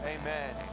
Amen